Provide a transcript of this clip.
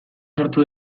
sartu